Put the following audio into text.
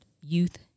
youth